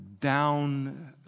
down